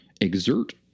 exert